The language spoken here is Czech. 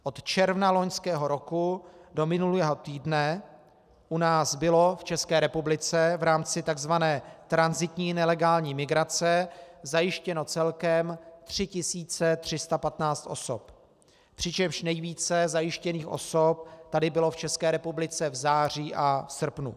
Od června loňského roku do minulého týdne u nás bylo v České republice v rámci takzvané tranzitní nelegální migrace zajištěno celkem 3 315 osob, přičemž nejvíce zajištěných osob tady bylo v České republice v září a v srpnu.